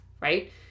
right